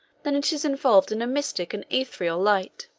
than it is involved in a mystic and ethereal light.